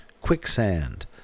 Quicksand